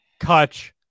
Kutch